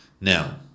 Now